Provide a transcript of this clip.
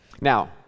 Now